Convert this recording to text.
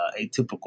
atypical